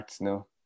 no